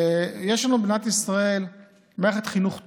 יש לנו במדינת ישראל מערכת חינוך טובה,